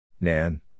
Nan